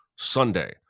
sunday